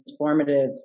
transformative